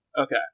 Okay